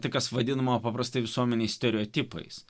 tai kas vadinama paprastai visuomenėje stereotipais